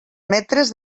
metres